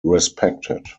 respected